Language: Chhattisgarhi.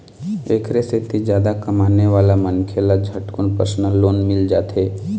एखरे सेती जादा कमाने वाला मनखे ल झटकुन परसनल लोन मिल जाथे